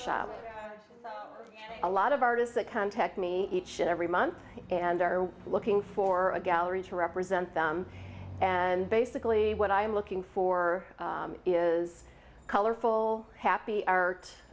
shop a lot of artists that contact me each and every month and are looking for a gallery to represent them and basically what i'm looking for is a colorful happy